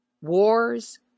Wars